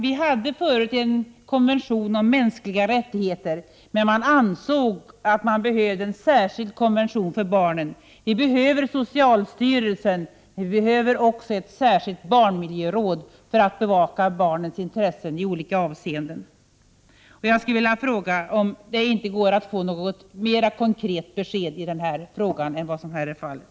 Vi hade förut en konvention om mänskliga rättigheter, men man ansåg att man behövde en särskild konvention för barnen. Vi behöver socialstyrelsen, men vi behöver också ett särskilt barnmiljöråd för att bevaka barnens intressen i olika avseenden. Jag skulle vilja fråga om det inte går att få något mer konkret besked i den här frågan än statsrådet har givit i svaret.